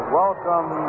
welcome